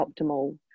optimal